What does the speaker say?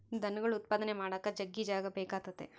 ದನಗುಳ್ ಉತ್ಪಾದನೆ ಮಾಡಾಕ ಜಗ್ಗಿ ಜಾಗ ಬೇಕಾತತೆ